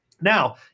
Now